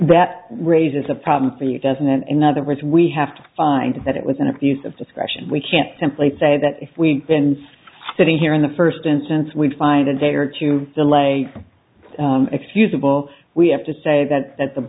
that raises a problem for you doesn't it in other words we have to find that it was an abuse of discretion we can't simply say that if we been sitting here in the first instance we'd find a date or two delay excusable we have to say that that the